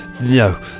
No